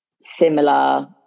similar